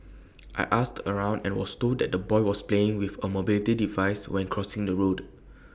I asked around and was told that the boy was playing with A mobility device when crossing the road